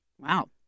Wow